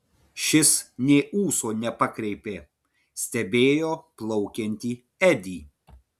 šis nė ūso nepakreipė stebėjo plaukiantį edį